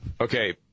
Okay